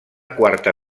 quarta